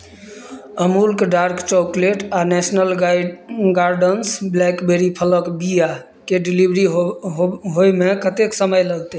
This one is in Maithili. अमूलके डार्क चॉकलेट आ नेशनल गाइड गार्डन्स ब्लैकबेरी फलक बिआके डिलीवरी हो हो होयमे कतेक समय लगतै